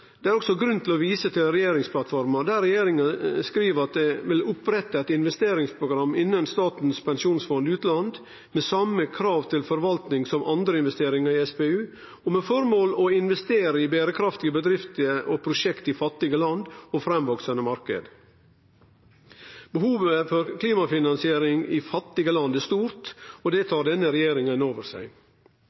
Det er også grunn til å vise til regjeringsplattforma, der regjeringa skriv at dei «vil opprette et investeringsprogram innen SPU, med samme krav til forvaltning som andre investeringer i SPU, med formål å investere i bærekraftige bedrifter og prosjekter i fattige land og fremvoksende markeder». Behovet for klimafinansiering i fattige land er stort, og det tar denne regjeringa inn over seg.